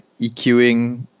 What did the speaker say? EQing